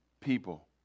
People